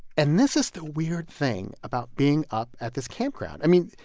and this is the weird thing about being up at this campground. i mean,